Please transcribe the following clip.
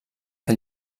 que